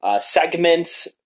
segments